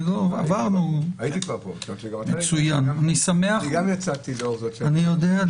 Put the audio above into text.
כבר הייתי פה ויצאתי לאור --- אני יודע.